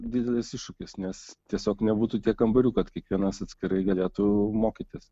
didelis iššūkis nes tiesiog nebūtų tiek kambarių kad kiekvienas atskirai galėtų mokytis